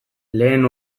lehen